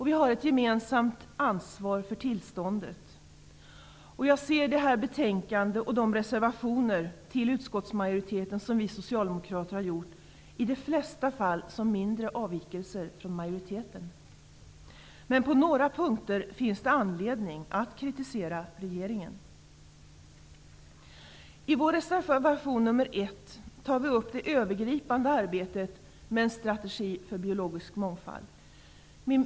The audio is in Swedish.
Vi har ett gemensamt ansvar för tillståndet, och jag ser de reservationer som vi socialdemokrater har gjort till betänkandet som i de flesta fall mindre avvikelser från majoriteten. Men på några punkter finns det anledning att kritisera regeringen. I reservation 1 tar vi upp frågan om det övergripande arbetet med en strategi för biologisk mångfald.